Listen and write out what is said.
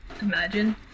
imagine